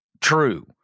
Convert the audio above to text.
true